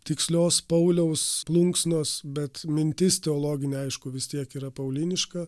tikslios pauliaus plunksnos bet mintis teologinė aišku vis tiek yra pauliniška